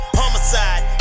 homicide